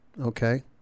okay